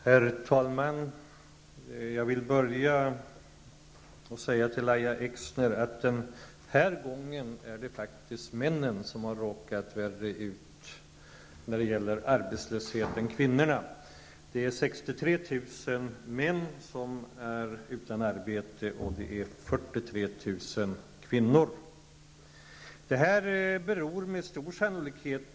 Herr talman! Låt mig börja med att säga till Lahja Exner att det den här gången faktiskt är männen som har råkat värre ut än kvinnorna när det gäller arbetslöshet. 63 000 män resp. 43 000 kvinnor är utan arbete.